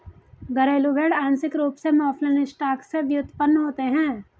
घरेलू भेड़ आंशिक रूप से मौफलन स्टॉक से व्युत्पन्न होते हैं